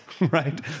right